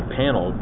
panel